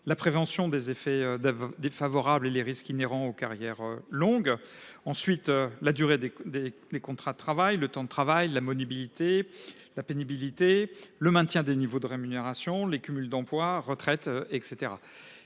la prévention des effets d'avis défavorable et les risques inhérents aux carrières longues ensuite la durée des des des contrats de travail, le temps de travail, la mobilité, la pénibilité, le maintien des niveaux de rémunération, les cumuls d'emploi retraite et